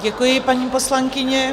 Děkuji, paní poslankyně.